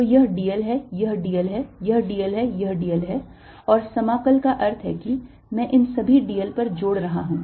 तो यह dl है यह dl है यह dl है यह dl और समाकल का अर्थ है कि मैं इन सभी d l पर जोड़ रहा हूं